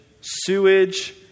sewage